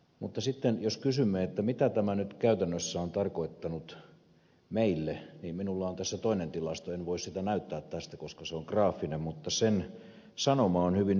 mutta sitten jos kysymme mitä tämä nyt käytännössä on tarkoittanut meille niin minulla on tässä toinen tilasto en voi sitä näyttää tästä koska se on graafinen mutta sen sanoma on hyvin yksinkertainen